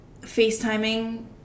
FaceTiming